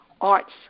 arts